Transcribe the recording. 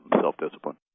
self-discipline